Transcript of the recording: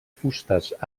fustes